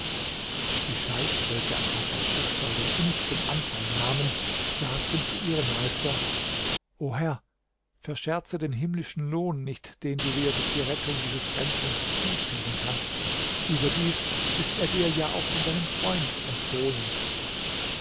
die scheichs welche an hasans schicksal den innigsten anteil nahmen sagten zu ihrem meister o herr verscherze den himmlischen lohn nicht den du dir durch die rettung dieses fremdlings zuziehen kannst überdies ist er dir ja auch von deinem freund empfohlen